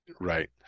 right